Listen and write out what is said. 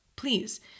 Please